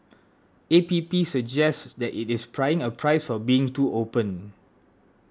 A P P suggests it is paying a price for being too open